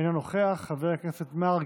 אינו נוכח, חבר הכנסת מרגי,